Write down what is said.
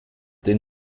den